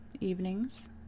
evenings